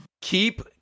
Keep